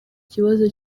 kibazo